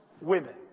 women